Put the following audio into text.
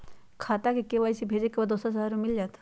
खाता के पईसा भेजेए के बा दुसर शहर में मिल जाए त?